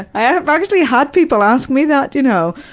i've actually had people ask me that, you know,